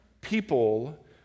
people